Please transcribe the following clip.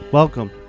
welcome